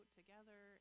together